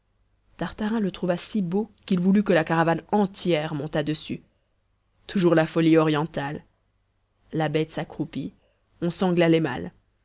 tartarin le trouva si beau qu'il voulut que la caravane entière montât dessus toujours la folie orientale la bête s'accroupit on sangla les malles